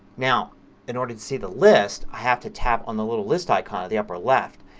now in order to see the list i have to tap on the little list icon at the upper left.